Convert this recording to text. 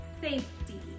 safety